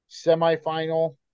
semifinal